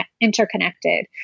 interconnected